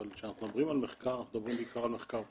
אבל כשאנחנו מדברים על מחקר אנחנו מדברים בעיקר על מחקר בסיסי.